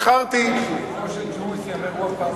לשבחו של ג'ומס ייאמר שהוא אף פעם